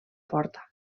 forta